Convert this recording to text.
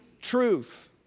truth